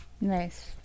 Nice